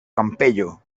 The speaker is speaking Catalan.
campello